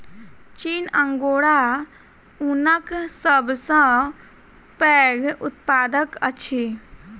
चीन अंगोरा ऊनक सब सॅ पैघ उत्पादक अछि